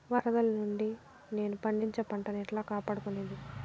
వరదలు నుండి నేను పండించే పంట ను ఎట్లా కాపాడుకునేది?